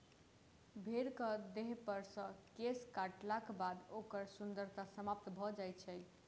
भेंड़क देहपर सॅ केश काटलाक बाद ओकर सुन्दरता समाप्त भ जाइत छै